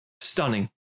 stunning